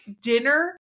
dinner